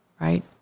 right